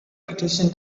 petition